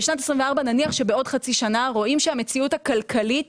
נניח שבעוד חצי שנה רואים שהמציאות הכלכלית